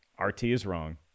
rtiswrong